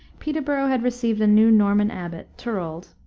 peterborough had received a new norman abbot, turold,